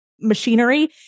machinery